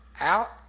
out